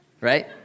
right